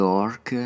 York